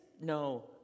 no